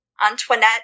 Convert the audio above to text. Antoinette